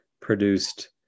produced